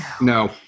no